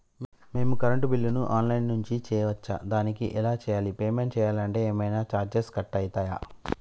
మేము కరెంటు బిల్లును online నుంచి చేయచ్చా? దానికి ఎలా చేయాలి? పేమెంట్ చేయాలంటే ఏమైనా చార్జెస్ కట్ అయితయా?